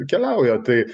keliauja tai